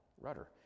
rudder